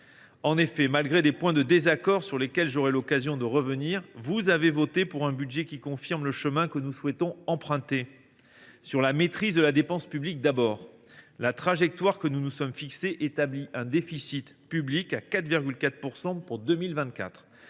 En effet, malgré des points de désaccord sur lesquels j’aurai l’occasion de revenir, vous avez voté pour un budget qui confirme le chemin que nous souhaitons emprunter. Sur la maîtrise de la dépense publique, d’abord, la trajectoire que nous nous sommes fixée établit un déficit public à 4,4 % pour 2024.